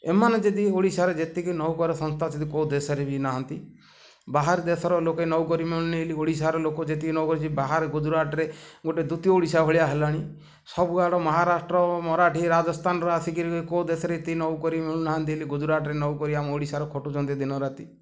ଏମାନେ ଯଦି ଓଡ଼ିଶାରେ ଯେତିକି ନୌକରି ସଂସ୍ଥା ଯଦି କେଉଁ ଦେଶରେ ବି ନାହାନ୍ତି ବାହାର ଦେଶର ଲୋକେ ନୌକରି ମିଳୁନି ହେଲେ ଓଡ଼ିଶାର ଲୋକ ଯେତିକି ନ କରିଛନ୍ତି ବାହାରେ ଗୁଜୁରାଟରେ ଗୋଟେ ଦ୍ୱୀତୀୟ ଓଡ଼ିଶା ଭଳିଆ ହେଲାଣି ସବୁଆଡ଼େ ମହାରାଷ୍ଟ୍ର ମରାଠୀ ରାଜସ୍ଥାନର ଆସିକିରି କେଉଁ ଦେଶରେ ଏତି ନୌକ ମିଳୁନାହାନ୍ତି ହେଲେ ଗୁଜୁରାଟରେ ନୌକରି ଆମ ଓଡ଼ିଶାର ଖଟୁଛନ୍ତି ଦିନ ରାତି